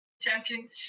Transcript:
championship